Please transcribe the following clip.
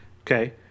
Okay